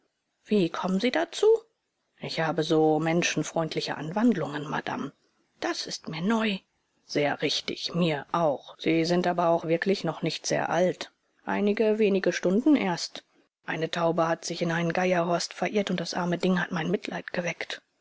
wie kommen sie dazu ich habe so menschenfreundliche anwandlungen madame das ist mir neu sehr richtig mir auch sie sind aber auch wirklich noch nicht sehr alt einige wenige stunden erst eine taube hat sich in einen geierhorst verirrt und das arme ding hat mein mitleid geweckt